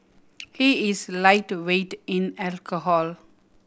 he is lightweight in alcohol